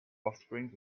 offspring